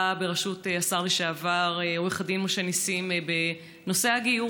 בראשות השר לשעבר עו"ד משה נסים בנושא הגיור,